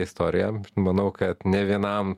istoriją manau kad ne vienam